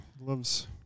loves